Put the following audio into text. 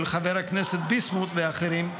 של חבר הכנסת ביסמוט ואחרים,